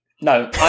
No